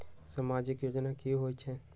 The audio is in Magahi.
समाजिक योजना की होई छई?